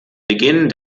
beginn